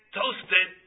toasted